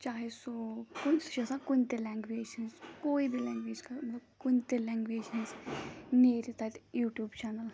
چاہے سُہ کُنہِ سُہ چھُ آسان کُنہِ تہِ لینٛگویج ہِنٛز کوٮٔی بھی لینٛگویج کُنہِ تہِ لینٛگویج ہٕنٛز نیرِ تَتہِ یوٗٹیوٗب چَنل